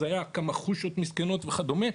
זה היה כמה חושות מסכנות וכדומה.